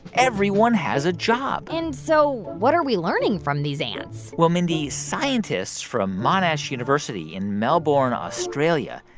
everyone has a job and so what are we learning from these ants? well, mindy, scientists from monash university in melbourne, australia,